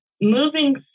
moving